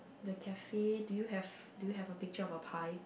the cafe do you have do you have a picture of a pie